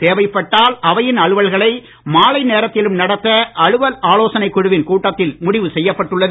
தேவைப்பட்டால் அவையின் அலுவல்களை மாலை நேரத்திலும் நடத்த அலுவல் ஆலோசனைக் குழுவின் கூட்டத்தில் முடிவு செய்யப்பட்டுள்ளது